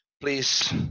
please